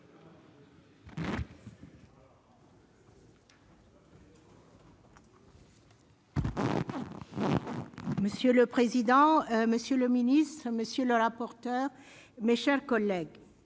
Monsieur le président, monsieur le ministre, messieurs les rapporteurs, mes chers collègues,